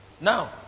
Now